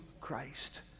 Christ